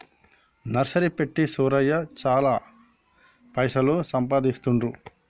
nursery పెట్టి సూరయ్య చాల పైసలు సంపాదిస్తాండు